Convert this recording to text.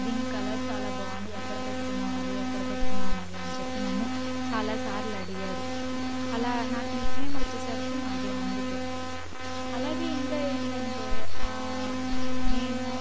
దీని కలర్ చాలా బాగుంది ఎక్కడ పెట్టుకున్నావు అది ఎక్కడ పెట్టుకున్నావు మధు అని చెప్పి నన్ను చాలా సార్లు అడిగారు అలా నాకు నిక్ నేమ్ వచ్చేసరికి మధు అందుకే అలాగే ఇంకా ఏంటంటే నేను